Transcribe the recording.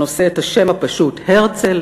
הנושא את השם הפשוט "הרצל".